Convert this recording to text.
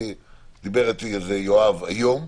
דיבר איתי על זה יואב היום,